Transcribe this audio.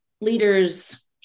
leaders